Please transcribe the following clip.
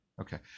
Okay